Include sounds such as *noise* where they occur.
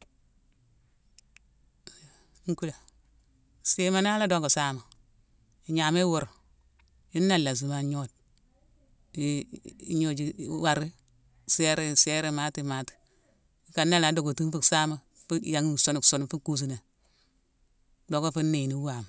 *unintelligible* sima, nala docka saama, ignaméy iwurma yuna alassim agnode. i- i-ignoju, iwar; sérayi. sérayi imatima-imatima. Ikan na ala dockutune fu saama; fu yanghime sun-sun, fu kusuné. Docka fu néyine wama.